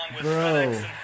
Bro